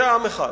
זה עם אחד,